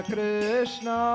Krishna